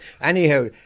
Anyhow